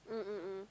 mm mm mm